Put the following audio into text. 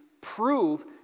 prove